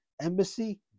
embassy